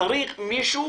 שצריך מישהו